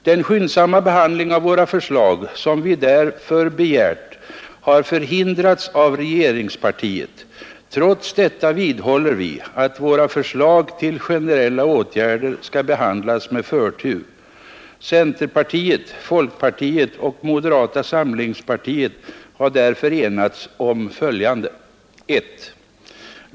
Den skyndsamma behandling av våra förslag som vi därför begärt har förhindrats av regeringspartiet. Trots detta vidhåller vi att våra förslag till generella åtgärder skall behandlas med förtur. Centerpartiet, folkpartiet och moderata samlingspartiet har därför enats om följande: 1.